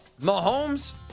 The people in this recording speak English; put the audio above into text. Mahomes